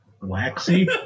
Waxy